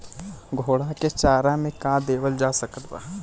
घोड़ा के चारा मे का देवल जा सकत बा?